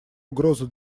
угрозу